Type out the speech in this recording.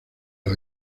los